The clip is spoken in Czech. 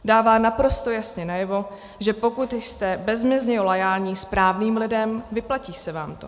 Dává naprosto jasně najevo, že pokud jste bezmezně loajální správným lidem, vyplatí se vám to.